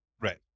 Right